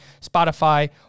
Spotify